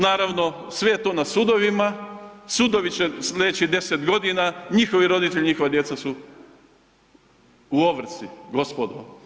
Naravno sve je to na sudovima, sudovi će slijedećih 10 godina, njihovi roditelji, njihova djeca su u ovrsi gospodo.